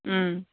उम